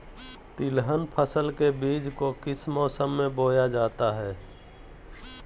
तिलहन फसल के बीज को किस मौसम में बोया जाता है?